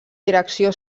direcció